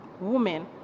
women